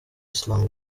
islam